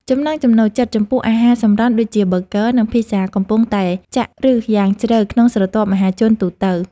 ចំណង់ចំណូលចិត្តចំពោះអាហារសម្រន់ដូចជាប៊ឺហ្គឺ និងភីហ្សាកំពុងតែចាក់ឫសយ៉ាងជ្រៅក្នុងស្រទាប់មហាជនទូទៅ។